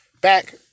back